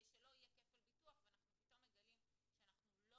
שלא יהיה כפל ביטוח ואנחנו פתאום מגלים שאנחנו לא